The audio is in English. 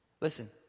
Listen